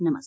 नमस्कार